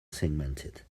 segmented